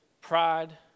pride